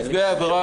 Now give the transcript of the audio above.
נפגעי העבירה